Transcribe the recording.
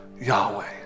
Yahweh